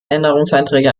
änderungsanträge